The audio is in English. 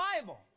Bible